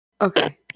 Okay